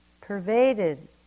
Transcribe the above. pervaded